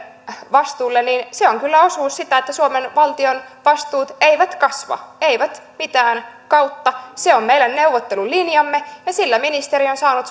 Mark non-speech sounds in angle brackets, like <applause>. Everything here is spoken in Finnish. vastuulle on osoitettu että suomen valtion vastuut eivät kasva eivät mitään kautta se on meidän neuvottelulinjamme ja sillä ministeri on saanut <unintelligible>